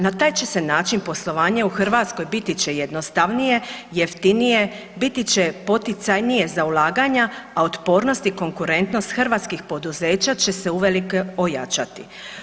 Na taj će se način poslovanje u Hrvatskoj biti će jednostavnije, jeftinije, biti će poticajnije za ulaganja, a otpornost i konkurentnost hrvatskih poduzeća će se uvelike ojačati.